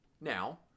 Now